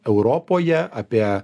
europoje apie